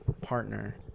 partner